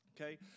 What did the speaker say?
Okay